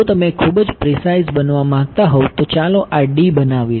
જો તમે ખૂબ જ પ્રિસાઈઝ બનવા માંગતા હોવ તો ચાલો આ D બનાવીએ